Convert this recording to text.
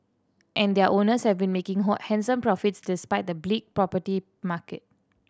and their owners have been making handsome profits despite the bleak property market